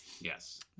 yes